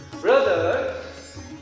brothers